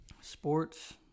Sports